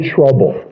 Trouble